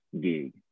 gig